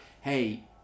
hey